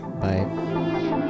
Bye